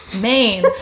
Maine